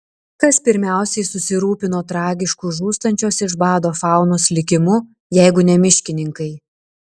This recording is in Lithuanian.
kas pirmiausiai susirūpino tragišku žūstančios iš bado faunos likimu jeigu ne miškininkai